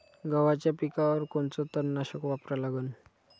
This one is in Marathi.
गव्हाच्या पिकावर कोनचं तननाशक वापरा लागन?